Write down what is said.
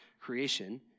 creation—